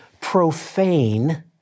profane